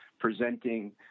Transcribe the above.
presenting